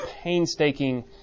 painstaking